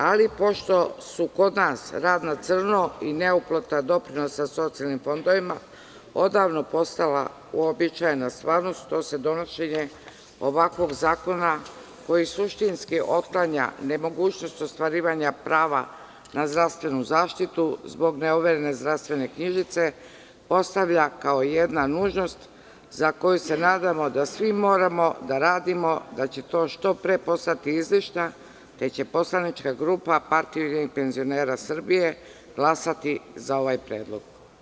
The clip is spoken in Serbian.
Ali, pošto su kod nas rad na crno i neuplata doprinosa socijalnim fondovima odavno postala uobičajena stvarnost, to se donošenje ovakvog zakona koji suštinski otklanja nemogućnost ostvarivanja prava na zdravstvenu zaštitu zbog neoverene zdravstvene knjižice postavlja kao jedna nužnost za koju se nadamo da svi moramo da radimo, da će to što pre postati izlišno, te će poslanička grupa PUPS glasati za ovaj predlog.